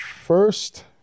first